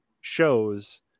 shows